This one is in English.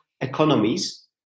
economies